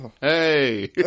Hey